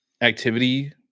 activity